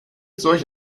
solch